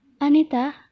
Anita